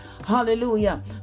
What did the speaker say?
Hallelujah